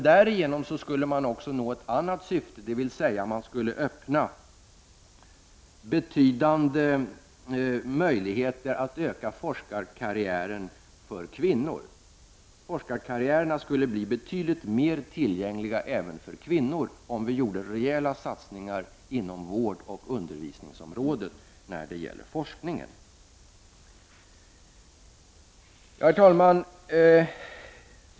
Därigenom skulle man också kunna nå ett annat syfte, nämligen att öppna betydande möjligheter att öka forskarkarriären för kvinnor: Forskarkarriärerna skulle bli betydligt mer tillgängliga även för kvinnor om vi gjorde rejäa satsningar på forskning inom vårdoch undervisningsområdena. Herr talman!